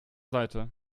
seite